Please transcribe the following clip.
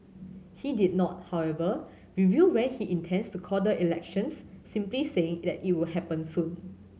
he did not however reveal when he intends to call the elections simply saying that it will happen soon